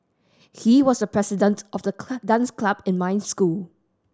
he was the president of the dance club in my school